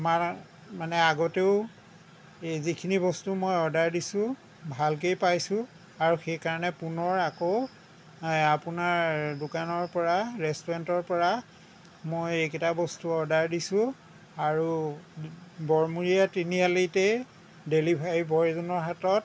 আমাৰ মানে আগতেও যিখিনি বস্তু মই অৰ্ডাৰ দিছোঁ ভালকেই পাইছোঁ আৰু সেইকাৰণে পুনৰ আকৌ আপোনাৰ দোকানৰ পৰা ৰেষ্টোৰেণ্টৰ পৰা মই এইকেইটা বস্তু অৰ্ডাৰ দিছোঁ আৰু বৰমূৰীয়া তিনিআলিতেই ডেলিভাৰী বয়জনৰ হাতত